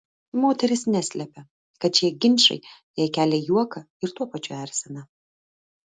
moteris neslepia kad šie ginčai jai kelia juoką ir tuo pačiu erzina